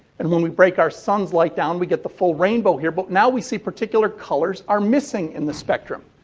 and, when we break our sun's light down, we get the full rainbow here. but, now we see particular colors are missing in the spectrum.